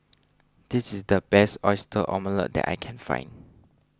this is the best Oyster Omelette that I can find